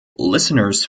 listeners